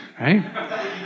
Right